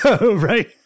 right